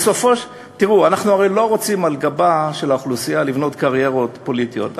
אנחנו הרי לא רוצים על גבה של האוכלוסייה לבנות קריירות פוליטיות,